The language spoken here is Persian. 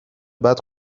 بعد